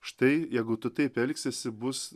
štai jeigu tu taip elgsiesi bus